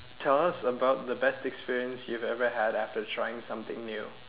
tell us about the best experience you ever have after trying something new